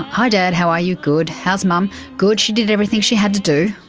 hi dad, how are you? good. how's mum? good. she did everything she had to do.